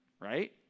right